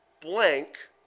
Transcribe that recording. blank